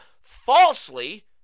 falsely